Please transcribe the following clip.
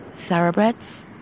Thoroughbreds